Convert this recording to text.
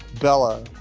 Bella